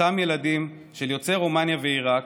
אותם ילדים של יוצאי רומניה ועיראק,